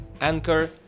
Anchor